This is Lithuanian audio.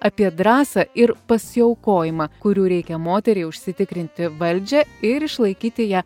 apie drąsą ir pasiaukojimą kurių reikia moteriai užsitikrinti valdžią ir išlaikyti ją